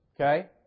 Okay